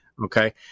Okay